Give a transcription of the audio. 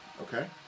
Okay